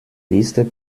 listes